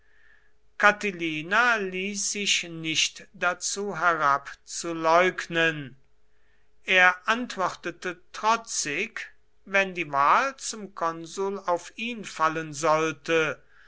catilina ließ sich nicht dazu herab zu leugnen er antwortete trotzig wenn die wahl zum konsul auf ihn fallen sollte